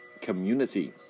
community